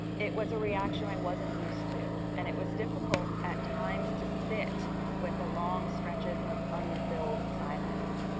it was a reaction i wasn't used to and it was difficult at times to sit with the long stretches of unfilled silence.